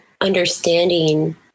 understanding